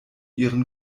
ihren